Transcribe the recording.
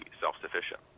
self-sufficient